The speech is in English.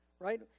Right